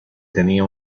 tenía